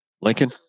Lincoln